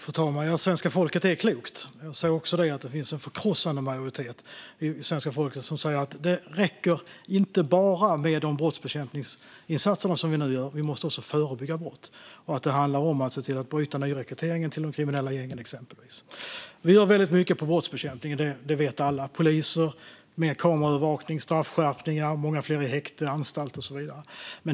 Fru talman! Svenska folket är klokt. Jag såg också att det finns en förkrossande majoritet av svenska folket som säger att det inte bara räcker med de brottsbekämpningsinsatser som vi nu gör. Vi måste också förebygga brott. Det handlar om att se till att exempelvis bryta nyrekryteringen till de kriminella gängen. Nu gör vi väldigt mycket för brottsbekämpningen. Det vet alla. Det är fler poliser, mer kameraövervakning, straffskärpningar, många fler i häkte, anstalter och så vidare.